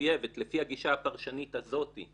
מחויבת לפי הגישה הפרשנית הזאת,